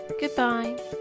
Goodbye